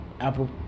Apple